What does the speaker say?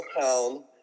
town